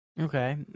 Okay